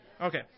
Okay